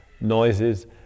noises